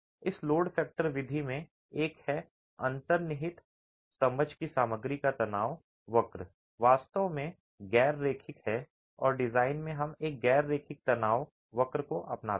इस load factor विधि में एक है अंतर्निहित समझ कि सामग्री का तनाव तनाव वक्र वास्तव में गैर रैखिक है और डिजाइन में हम एक गैर रैखिक तनाव तनाव वक्र को अपनाते हैं